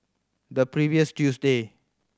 the previous Tuesday